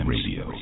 Radio